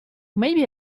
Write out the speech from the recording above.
maybe